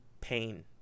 pain